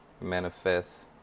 manifest